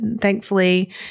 thankfully